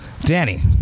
Danny